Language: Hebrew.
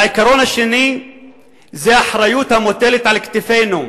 העיקרון השני הוא האחריות המוטלת על כתפינו,